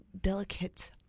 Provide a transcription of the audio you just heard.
delicate